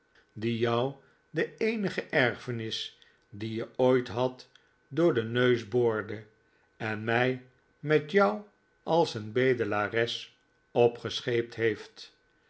die jou de eenige erfenis die je ooit had door den neus boorde en mij met jou als een bedelares opgescheept heeft